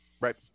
right